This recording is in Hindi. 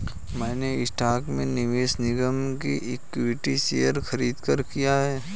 मैंने स्टॉक में निवेश निगम के इक्विटी शेयर खरीदकर किया है